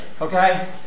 Okay